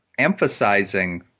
emphasizing